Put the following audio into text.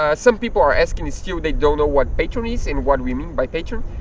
ah some people are asking. still they don't know what patreon is and what we mean by patreon.